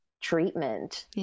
treatment